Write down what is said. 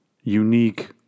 unique